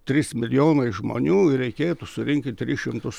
trys milijonai žmonių ir reikėtų surinkti tris šimtus